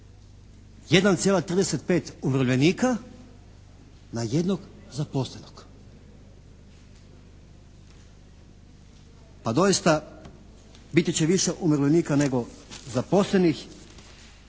1,35 umirovljenika na jednog zaposlenog. Pa doista biti će više umirovljenika nego zaposlenih